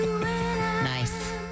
Nice